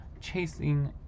chasing